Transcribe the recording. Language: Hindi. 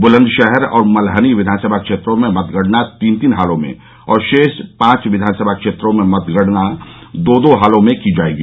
बुलन्दशहर और मल्हनी विधानसभा क्षेत्रों में मतगणना तीन तीन हालों में और शेष पांच विधानसभा क्षेत्रों में मतगणना दो दो हालों में की जायेगी